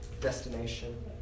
destination